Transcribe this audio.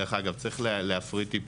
דרך אגב, צריך לעשות סדר